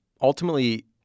ultimately